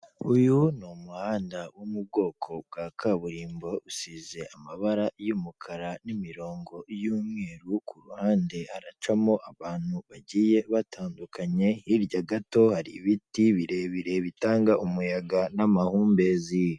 Uyu ni umuhanda wo mu bwoko bwa kaburimbo, usize amabara y'umukara n'imirongo y'umweru, ku ruhande haracamo abantu bagiye batandukanye, hirya gato hari ibiti birebire bitanga umuyaga n'amahumbezi.